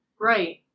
Right